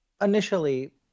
initially